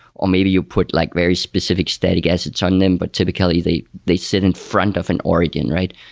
or maybe you put like very specific static assets on them, but typically they they sit in front of an origin, right?